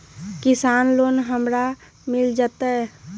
किसान लोन हमरा मिल जायत?